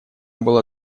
было